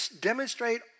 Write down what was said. demonstrate